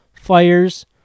fires